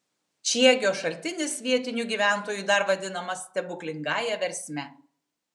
čiegio šaltinis vietinių gyventojų dar vadinamas stebuklingąja versme